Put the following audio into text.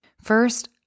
First